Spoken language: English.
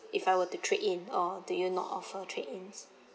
if I were to trade in or do you not offer trade ins